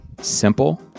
simple